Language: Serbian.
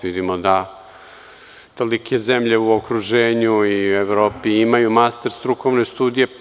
Vidimo da tolike zemlje u okruženju i Evropi imaju master strukovne studije.